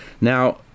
Now